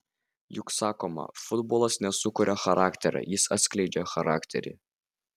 juk sakoma futbolas nesukuria charakterio jis atskleidžia charakterį